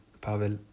Pavel